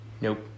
Nope